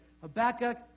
Habakkuk